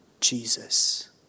Jesus